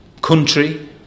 country